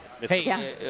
Hey